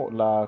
la